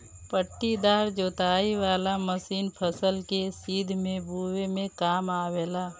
पट्टीदार जोताई वाला मशीन फसल के एक सीध में बोवे में काम आवेला